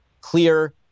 clear